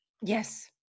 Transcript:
Yes